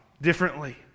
differently